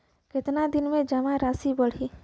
कितना दिन में जमा राशि बढ़ी?